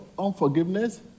unforgiveness